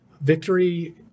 Victory